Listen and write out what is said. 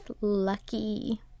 Lucky